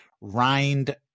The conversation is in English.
rind